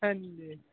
ਹਾਂਜੀ